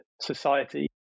society